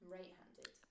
Right-handed